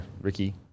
Ricky